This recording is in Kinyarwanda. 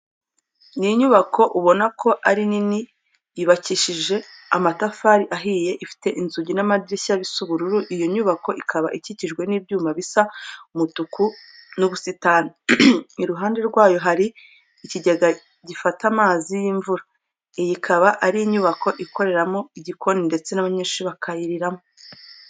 Ni inyubako ubona ko ari nini yubakishije amatafari ahiye, ifite inzugi n'amadirishya bisa ubururu. Iyo nyubako ikaba ikikijwe n'ibyuma bisa umutuku n'ubusitani, iruhande rwayo hari ikigega gifata amazi y'imvura. Iyi ikaba ari inyubako ikoreramo igikoni ndetse n'abanyeshuri bakayiriramo.